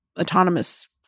autonomous